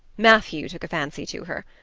matthew took a fancy to her.